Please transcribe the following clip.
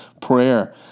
prayer